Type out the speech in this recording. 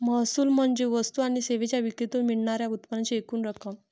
महसूल म्हणजे वस्तू आणि सेवांच्या विक्रीतून मिळणार्या उत्पन्नाची एकूण रक्कम